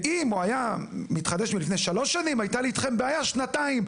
ואם הוא היה מתחדש לפני שלוש שנים הייתה לי אתכם בעיה שנתיים.